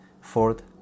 Fourth